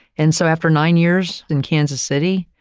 and so, after nine years in kansas city,